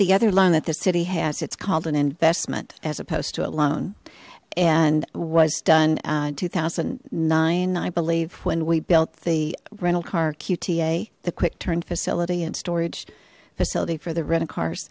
the other loan that the city has it's called an investment as opposed to a loan and was done in two thousand and nine i believe when we built the rental car qta the quick turn facility and storage facility for the rental cars